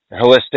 holistic